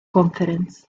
conference